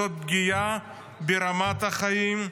זאת פגיעה ברמת החיים,